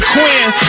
Quinn